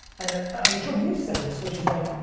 and, i'm sure you've said this, which is like,